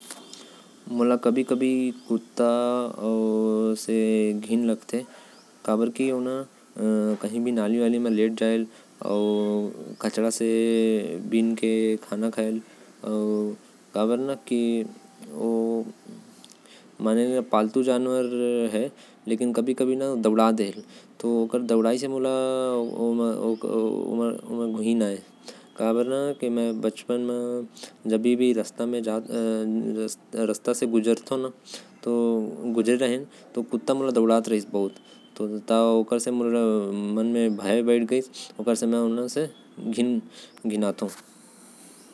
मोके कुत्ता से घिन्न लगथे। काबर की ओ हर कही भी लेट जाथे नाली म। कुछु खाथ रहथे जब देखथों हमेशा गंदा में ही मिलथे। मोके बचपन म दौड़ात भी रहिस। ऐहि खातिर मोके कुत्ता मन अच्छा नही लागथे।